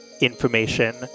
information